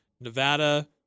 Nevada